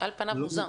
על כן היא לא מתקיימת.